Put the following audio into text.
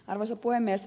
arvoisa puhemies